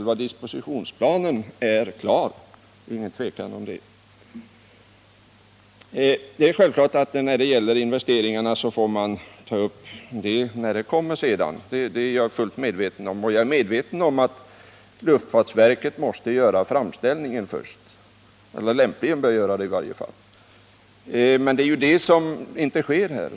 Själva dispositionsplanen är klar — det råder inget tvivel om det. Frågan om investeringarna får man självfallet ta upp vid ett senare tillfälle — det är jag fullt medveten om. Luftfartsverket måste först göra framställningen — eller bör i varje fall lämpligen göra det. Men det är detta som här inte sker.